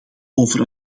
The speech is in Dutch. over